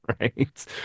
right